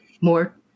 more